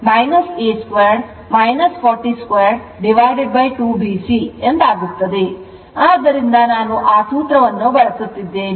ಆದ್ದರಿಂದ ನಾನು ಆ ಸೂತ್ರವನ್ನು ಬಳಸುತ್ತಿದ್ದೇನೆ